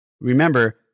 remember